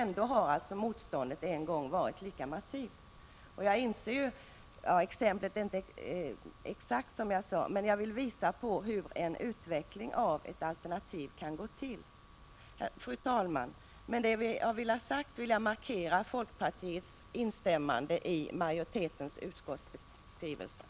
Ändå har motståndet en gång varit lika massivt. Exemplet är inte exakt som jag sade, men jag vill visa på hur en utveckling av ett alternativ kan gå till. Fru talman! Med det anförda har jag velat markera folkpartiets instämmande i utskottsmajoritetens skrivning.